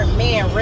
man